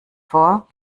vor